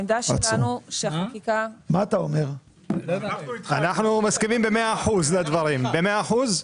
אנחנו מסכימים לדברים במאה אחוזים.